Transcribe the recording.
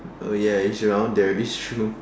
oh ya it's around it's true